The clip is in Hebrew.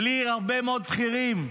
בלי הרבה מאוד בכירים,